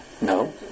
No